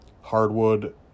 hardwood